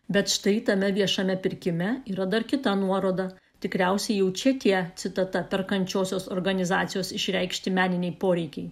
bet štai tame viešame pirkime yra dar kita nuoroda tikriausiai jau čia tie citata perkančiosios organizacijos išreikšti meniniai poreikiai